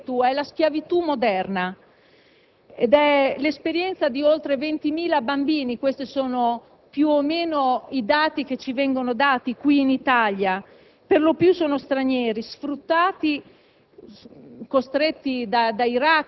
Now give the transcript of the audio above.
L'accattonaggio è una nuova schiavitù, è la schiavitù moderna ed è l'esperienza di oltre 20.000 bambini, questi sono più o meno i dati che si riferiscono all'Italia; per lo più sono stranieri sfruttati,